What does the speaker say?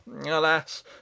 Alas